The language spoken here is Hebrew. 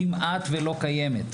כמעט ולא קיימת.